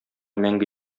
мәңге